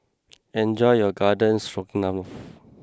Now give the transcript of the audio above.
enjoy your Garden Stroganoff